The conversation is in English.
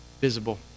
visible